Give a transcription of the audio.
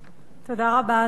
תודה רבה, אדוני.